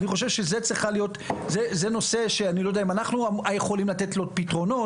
אני חושב שזה נושא שאני לא יודע אם אנחנו יכולים לתת לנו פתרונות,